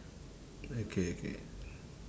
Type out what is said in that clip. okay okay